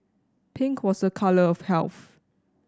pink was a colour of health